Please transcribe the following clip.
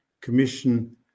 Commission